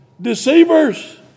Deceivers